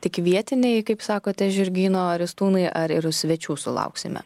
tik vietiniai kaip sakote žirgyno ristūnai ar ir svečių sulauksime